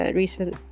recent